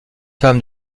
femme